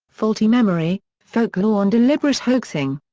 faulty memory, folklore and deliberate hoaxing.